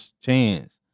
chance